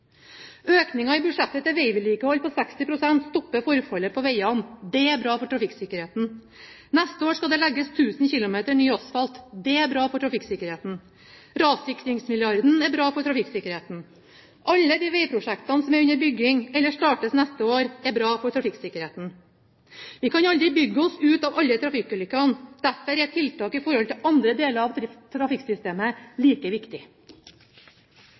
i budsjettet til vegvedlikehold på 60 pst. stopper forfallet på vegene. Det er bra for trafikksikkerheten. Neste år skal det legges 1 000 km ny asfalt. Det er bra for trafikksikkerheten. Rassikringsmilliarden er bra for trafikksikkerheten. Alle de vegprosjektene som er under bygging eller startes neste år, er bra for trafikksikkerheten. Vi kan aldri bygge oss ut av alle trafikkulykkene. Derfor er tiltak i andre deler av trafikksystemet like viktig.